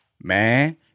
Man